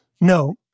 No